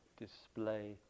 display